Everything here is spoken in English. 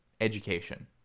education